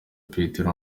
petero